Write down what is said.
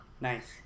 Nice